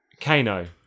Kano